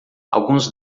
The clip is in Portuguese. alguns